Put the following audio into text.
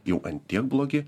jau ant tiek blogi